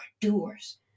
doers